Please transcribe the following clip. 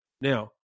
Now